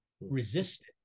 resisted